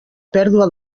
pèrdua